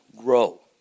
grow